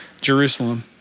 Jerusalem